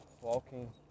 walking